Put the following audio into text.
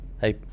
Hey